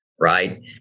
right